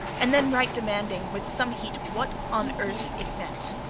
and then write demanding with some heat what on earth it meant.